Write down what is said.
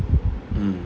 mm